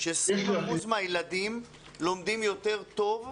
ש-20% מהילדים לומדים יותר טוב מרחוק.